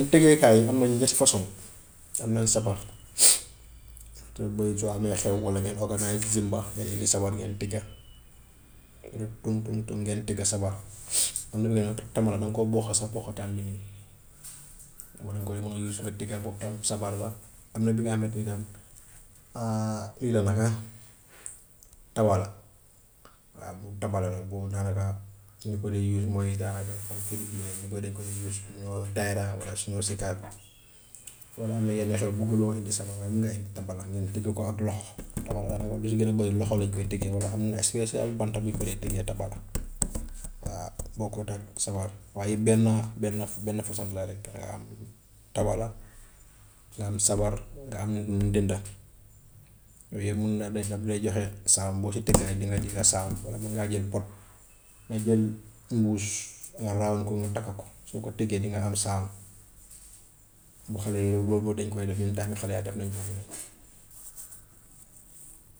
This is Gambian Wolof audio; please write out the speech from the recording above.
Tëggeekaay yi am nañu ñetti façons, am nañ sabar so ba soo amee xew walla ngeen organize simba ngeen indi sabar ngeen tëgga, nga def tung tung tung ngeen tëgg sabar. Am na benn tama la danga ko boq sa poqotaan bi nii boobu danga ko di mun a use nga tëgga ko comme sabar la, am na bi nga xamante ne tam kii la naka tabala, waaw boobu tabala la boobu daanaka ñi ko dee use mooy daanaka comme ñu bari dañ ko dee use su ñoo dahira walla su ñoo zikar, comme am na yenn xew bugguloo indi sabar waaye mun nga indi tabala ngeen tëgg ko ak loxo tabala nag li si gën a bari loxo lañ koy tëggee walla am na spécial banta bu ñu ko dee tëggee tabala waa bokkut ak sabar, waaye benn benn benn fasoŋ la rek. Dangay am tabala nga am sabar, nga am ndënda, yooyu yëpp mun na ne daf lay joxe sound boo si tëgg rek dinga dégga sound. Walla mun ngaa jël pot, nga jël mbuus nga round ko mu takk ko, soo ko tëggee dinga am sound, bu xale yi wë- wë- dañ koy def, ñun time yu xale ya def nañ ko ñun.